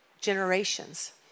generations